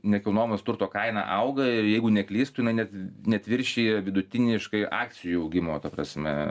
nekilnojamas turto kaina auga ir jeigu neklystu na net net viršija vidutiniškai akcijų augimo ta prasme